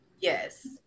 Yes